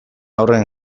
horren